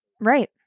Right